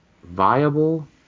viable